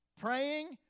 Praying